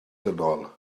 dynol